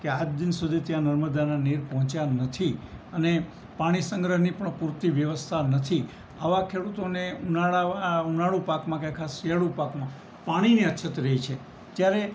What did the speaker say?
કે આજ દિન સુધી ત્યાં નર્મદાનાં નીર પંહોચ્યા નથી અને પાણી સંગ્રહની પણ પૂરતી વ્યવસ્થા નથી આવા ખેડૂતોને ઉનાળુ પાકમાં કે આખા શિયાળુ પાકમાં પાણીની અછત રહે છે ત્યારે